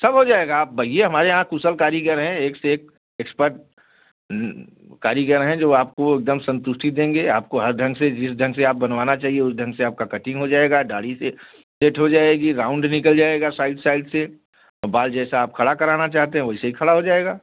सब हो जाएगा आप भइया हमारे यहाँ कुशल कारीगर हैं एक से एक एक्सपट कारीगर हैं जो आपको एकदम संतुष्टी देंगे आपको हर ढंग से जिस ढंग से आप बनवाना चाहिए उस ढंग से आपका कटिंग हो जाएगा दाढ़ी से सेट हो जाएगी राउंड निकल जाएगा साइड साइड से और बाल जैसा आप खड़ा कराना चाहते हैं वैसे ही खड़ा हो जाएगा